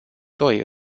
doi